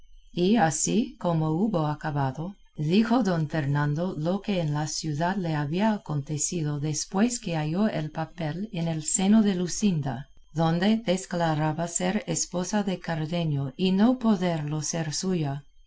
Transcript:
y así como hubo acabado dijo don fernando lo que en la ciudad le había acontecido después que halló el papel en el seno de luscinda donde declaraba ser esposa de cardenio y no poderlo ser suya